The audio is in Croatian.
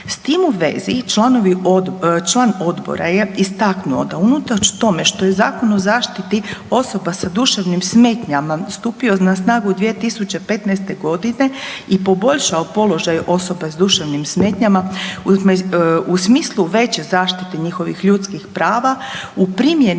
odbora, član odbora je istaknuo da unatoč tome što je Zakon o zaštiti osoba sa duševnim smetnjama stupio na snagu 2015. godine i poboljšao položaj osoba s duševnim smetnjama u smislu veće zaštite njihovih ljudskih prava u primjeni